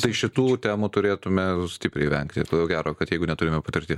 tai šitų temų turėtume stipriai vengti ir ko gero kad jeigu neturime patirties